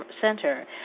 Center